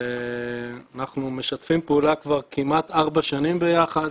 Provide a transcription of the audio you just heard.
ואנחנו משתפים פעולה כבר כמעט ארבע שנים ביחד,